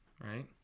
Right